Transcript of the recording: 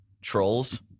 trolls